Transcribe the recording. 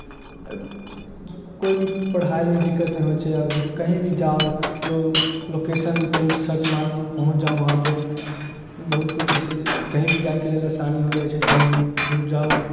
कोइ भी पढ़ाइमे दिक्कत नहि होइत छै आब कहीँ भी जाउ लोकेशन तुरन्त सर्च मारलु पहुँच जाउ वहाँ पे बहुत किछु जैसे कही भी जायके लेल आसानी हो जाइत छै कही भी दूर जाउ